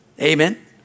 Amen